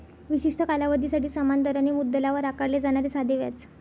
विशिष्ट कालावधीसाठी समान दराने मुद्दलावर आकारले जाणारे साधे व्याज